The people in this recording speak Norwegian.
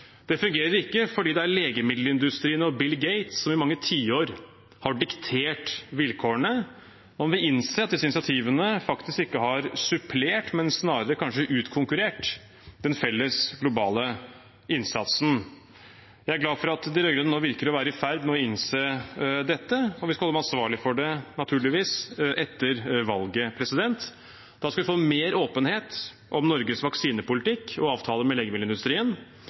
Det fungerer ikke fordi det er legemiddelindustrien og Bill Gates som i mange tiår har diktert vilkårene. Nå må vi innse at disse initiativene faktisk ikke har supplert, men snarere kanskje utkonkurrert den felles globale innsatsen. Jeg er glad for at de rød-grønne nå virker å være i ferd med å innse dette, og vi skal naturligvis holde dem ansvarlig for det etter valget. Da skal vi få mer åpenhet om Norges vaksinepolitikk og avtaler med